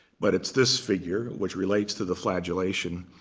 but it's this figure, which relates to the flagellation.